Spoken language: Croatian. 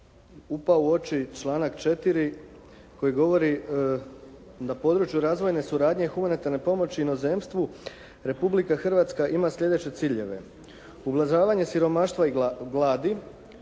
upao u oči članak 4. koji govori na području razvojne suradnje humanitarne pomoći u inozemstvu, Republika Hrvatska ima sljedeće ciljeve: ublažavanje siromaštva i gladi,